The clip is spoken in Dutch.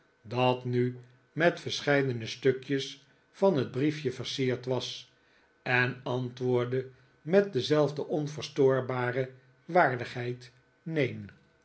dat nu met verscheidene stukjes van het briefje versierd was en antwoordde met dezelfde onverstoorbare waardigheid neen